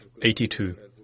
82